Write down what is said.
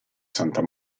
santa